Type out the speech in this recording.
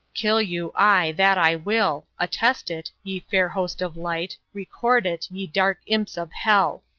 kill you, aye, that i will attest it, ye fair host of light, record it, ye dark imps of hell!